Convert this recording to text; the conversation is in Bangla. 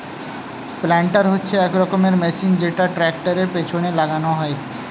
প্ল্যান্টার হচ্ছে এক রকমের মেশিন যেটা ট্র্যাক্টরের পেছনে লাগানো হয়